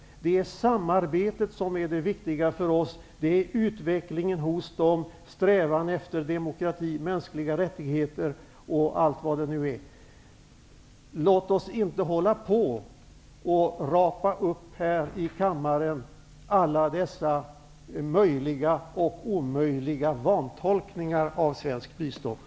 Det är samarbetet som är det viktiga för oss. Det är utvecklingen i u-länderna, deras strävan efter demokrati och mänskliga rättigheter, som är det viktiga. Låt oss inte hålla på med att här i kammaren rapa upp alla dessa möjliga och omöjliga vantolkningar av svenskt bistånd!